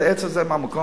את העץ הזה מהמקום?